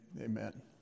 Amen